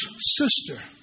sister